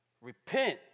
Repent